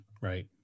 right